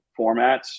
formats